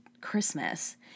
Christmas